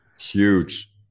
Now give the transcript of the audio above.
Huge